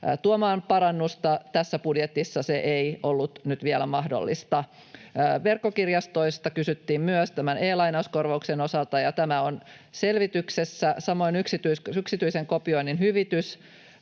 tuomaan parannusta. Tässä budjetissa se ei ollut nyt vielä mahdollista. Verkkokirjastoista kysyttiin myös tämän e-lainauskorvauksen osalta, ja tämä on selvityksessä. Samoin yksityisen kopioinnin hyvitykseen